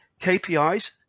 KPIs